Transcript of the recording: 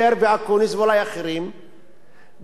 בקביעתו שזה על-פי החוק הבין-לאומי.